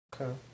Okay